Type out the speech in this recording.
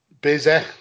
busy